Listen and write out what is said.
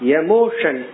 emotion